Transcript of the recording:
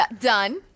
Done